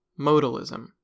modalism